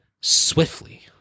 swiftly